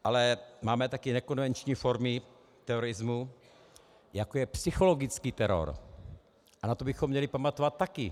Ale máme také nekonvenční formy terorismu, jako je psychologický teror, a na to bychom měli pamatovat také.